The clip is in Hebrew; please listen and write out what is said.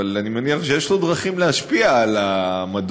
אבל אני מניח שיש לו דרכים להשפיע על העמדות